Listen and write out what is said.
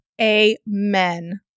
Amen